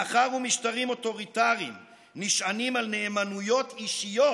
מאחר שמשטרים אוטוריטריים נשענים על נאמנויות אישיות,